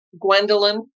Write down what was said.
Gwendolyn